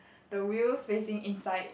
the wheels facing inside